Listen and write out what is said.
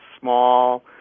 small